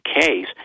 case